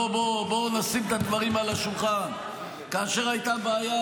בוא נשים את הדברים על השולחן: כאשר הייתה בעיה